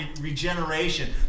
regeneration